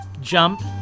Jump